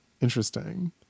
Interesting